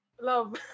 love